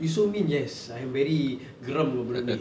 you so mean yes I'm very geram dengan budak ni